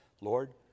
Lord